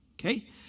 Okay